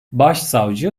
başsavcı